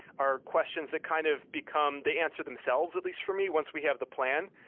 are questions that kind of become they answer themselves at least for me once we have the plan.